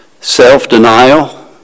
self-denial